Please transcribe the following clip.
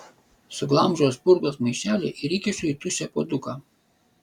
suglamžau spurgos maišelį ir įkišu į tuščią puoduką